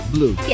Blue